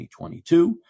2022